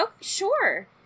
sure